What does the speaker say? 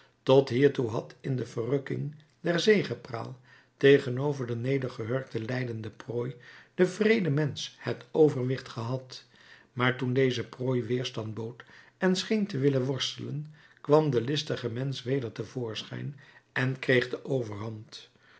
tot hiertoe had in de verrukking der zegepraal tegenover de nedergedrukte lijdelijke prooi de wreede mensch het overwicht gehad maar toen deze prooi weerstand bood en scheen te willen worstelen kwam de listige mensch weder te voorschijn en kreeg de overhand